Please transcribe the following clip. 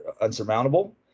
unsurmountable